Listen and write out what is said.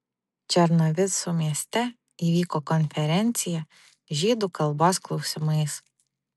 černovicų mieste įvyko konferencija žydų kalbos klausimais